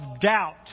doubt